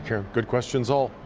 yeah good questions, all.